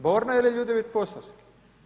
Borna ili Ljudevit Posavski?